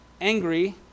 Angry